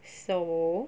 so